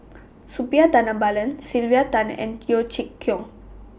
Suppiah Dhanabalan Sylvia Tan and Yeo Chee Kiong